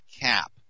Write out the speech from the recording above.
cap